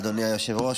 אדוני היושב-ראש,